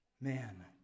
man